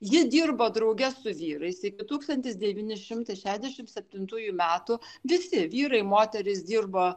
ji dirbo drauge su vyrais iki tūkstantis devyni šimtai šedešim septintųjų metų visi vyrai moterys dirbo